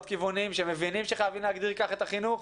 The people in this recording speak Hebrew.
כיוונים שמבינים שחייבים להגדיר כך את החינוך.